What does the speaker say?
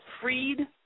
freed